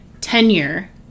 tenure